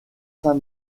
saint